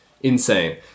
insane